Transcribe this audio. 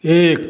एक